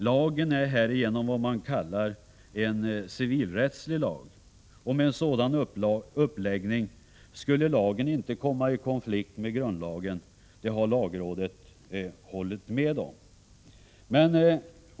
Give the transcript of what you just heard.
Lagen är härigenom vad man kallar en civilrättslig lag. Med en sådan uppläggning skulle lagen inte komma i konflikt med grundlagen — detta har lagrådet hållit med om.